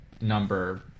number